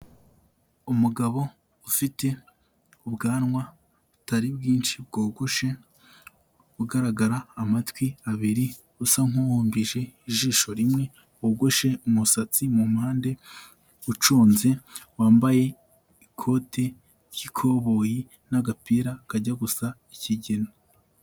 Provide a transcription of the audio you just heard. Umugabo ufite ubwanwa butari bwinshi bwogoshe, ugaragara amatwi abiri, usa nk'uhumbije ijisho rimwe, wogoshe umusatsi mu mpande, uconze, wambaye ikote ry'ikoboyi n'agapira kajya gusa ikigina.